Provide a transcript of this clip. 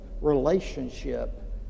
relationship